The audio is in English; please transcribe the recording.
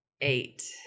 Eight